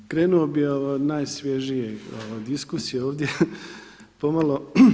Krenuo bih od najsvježije diskusije ovdje pomalo.